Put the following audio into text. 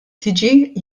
tiġi